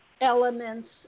elements